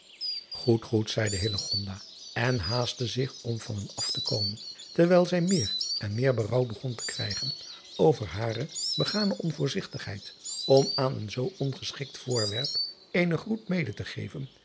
oed goed zeide en haastte zich om van hem af te komen terwijl zij meer en meer berouw begon te krijgen over hare begane onvoorzigtigheid om aan een zoo ongeschikt voorwerp eenen groet mede te geven